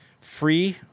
free